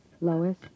Lois